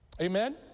Amen